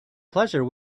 pleasure